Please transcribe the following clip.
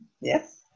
Yes